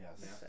Yes